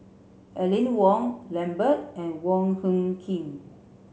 Aline Wong Lambert and Wong Hung Khim